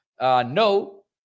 No